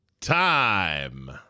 time